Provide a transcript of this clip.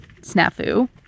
snafu